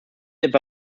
etwa